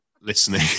listening